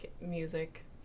music